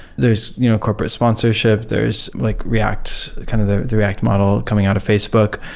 there's you know corporate sponsorships, there's like react, kind of the the react model coming out of facebook.